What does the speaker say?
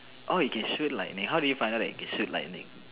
orh you can shoot lightning how did you find out that you can shoot lightning